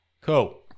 cool